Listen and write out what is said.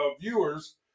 viewers